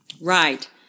Right